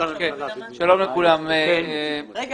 סליחה,